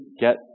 get